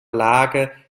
lage